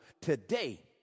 today